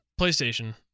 PlayStation